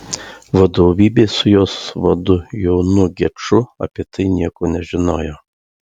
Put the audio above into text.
vadovybė su jos vadu jonu geču apie tai nieko nežinojo